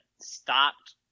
stopped